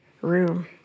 room